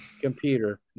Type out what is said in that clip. computer